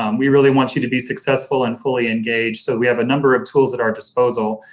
um we really want you to be successful and fully engaged so we have a number of tools at our disposal.